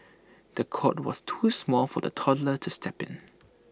the cot was too small for the toddler to step in